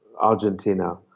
Argentina